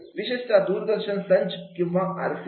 विशेषता दूरदर्शन संच किंवा आरसे